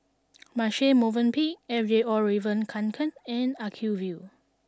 Marche Movenpick Fjallraven Kanken and Acuvue